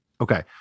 Okay